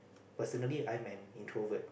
personally I'm an introvert